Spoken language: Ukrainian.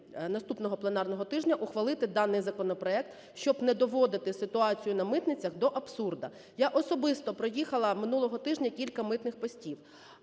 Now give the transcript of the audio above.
наступного пленарного тижня ухвалити даний законопроект, щоб не доводити ситуацію на митницях до абсурду. Я особисто проїхала минулого тижня кілька митних постів.